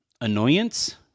annoyance